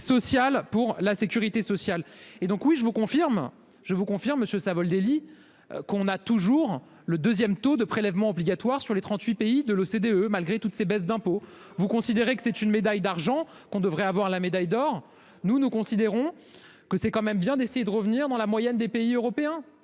et donc oui, je vous confirme, je vous confirme Monsieur Savoldelli qu'on a toujours le 2ème. Taux de prélèvements obligatoires sur les 38 pays de l'OCDE. Malgré toutes ces baisses d'impôts. Vous considérez que c'est une médaille d'argent qu'on devrait avoir la médaille d'or. Nous, nous considérons. Que c'est quand même bien d'essayer de revenir dans la moyenne des pays européens.